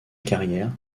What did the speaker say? carrière